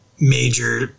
major